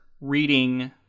reading